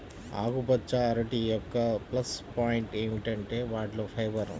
ఆకుపచ్చ అరటి యొక్క ప్లస్ పాయింట్ ఏమిటంటే వాటిలో ఫైబర్